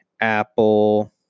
Apple